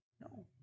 No